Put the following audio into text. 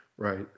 Right